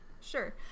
Sure